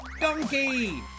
Donkey